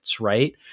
right